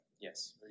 Yes